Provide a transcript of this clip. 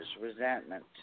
Resentment